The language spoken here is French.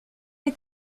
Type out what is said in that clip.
est